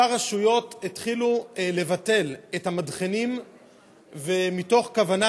כמה רשויות התחילו לבטל את המדחנים מתוך כוונה